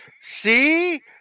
see